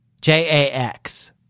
J-A-X